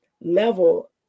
level